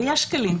ויש כלים,